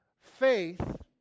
Faith